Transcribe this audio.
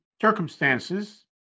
circumstances